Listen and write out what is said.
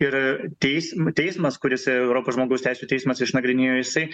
ir teism teismas kuris europos žmogaus teisių teismas išnagrinėjo jisai